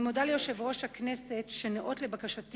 אני מודה ליושב-ראש הכנסת על שניאות לבקשתי